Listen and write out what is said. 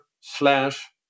slash